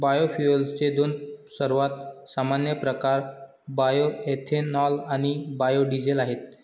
बायोफ्युएल्सचे दोन सर्वात सामान्य प्रकार बायोएथेनॉल आणि बायो डीझेल आहेत